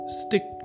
stick